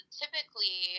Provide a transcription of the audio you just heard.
typically